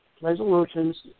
resolutions